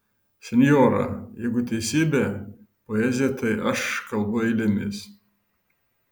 senjora jeigu teisybė poezija tai aš kalbu eilėmis